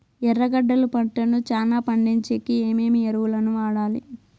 ఎర్రగడ్డలు పంటను చానా పండించేకి ఏమేమి ఎరువులని వాడాలి?